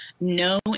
no